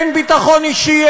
אין ביטחון אישי,